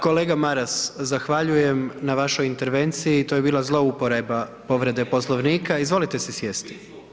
Kolega Maras, zahvaljujem na vašoj intervenciji i to je bila zlouporaba povrede Poslovnika, izvolite se sjesti.